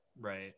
right